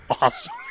awesome